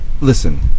listen